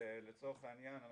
לצורך העניין,